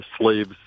slaves